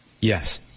Yes